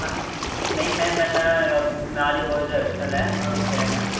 ਹਾਂ ਨਹੀਂ ਮੈਂਮ ਮੈਂ ਤਾਂ ਅ ਨਾਲ ਹੀ ਬੋਏਸ ਹੋਸਟਲ ਹੈ ਮੈਂ ਤਾਂ ਉੱਥੇ ਰਹਿਣਾ